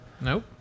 Nope